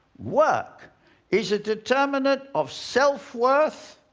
work is a determinant of self-worth,